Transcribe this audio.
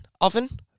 oven